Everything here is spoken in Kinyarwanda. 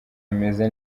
ameze